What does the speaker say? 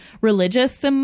religious